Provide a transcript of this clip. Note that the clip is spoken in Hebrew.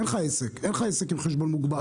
אין לך עסק עם חשבון מוגבל.